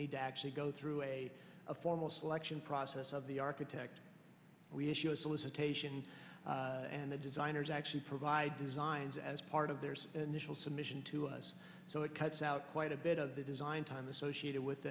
need to actually go through a formal selection process of the architect we issue a solicitation and the designers actually provide designs as part of their submission to us so it cuts out quite a bit of the design time associated with